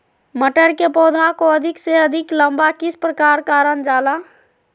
मटर के पौधा को अधिक से अधिक लंबा किस प्रकार कारण जाला?